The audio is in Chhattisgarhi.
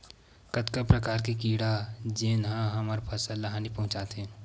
कतका प्रकार के कीड़ा जेन ह हमर फसल ल हानि पहुंचाथे?